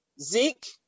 Zeke